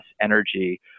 energy